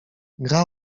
gra